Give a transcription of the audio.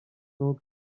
kills